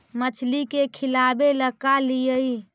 मछली के खिलाबे ल का लिअइ?